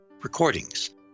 recordings